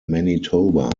manitoba